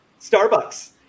Starbucks